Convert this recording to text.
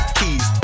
keys